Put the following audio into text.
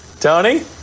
Tony